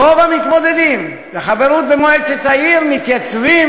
רוב המתמודדים לחברות במועצת העיר מתייצבים